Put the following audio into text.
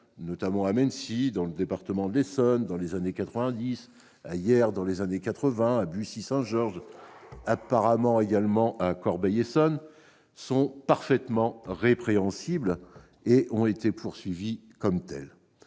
notamment à Mennecy, dans le département de l'Essonne, dans les années 1990, à Yerres, dans les années 1980, à Bussy-Saint-Georges, apparemment également à Corbeil-Essonnes, sont parfaitement répréhensibles et ont été poursuivis comme tels.